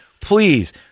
Please